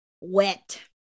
Wet